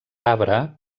arbre